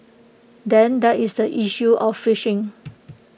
then there is the issue of fishing